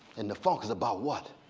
and the funk is about what?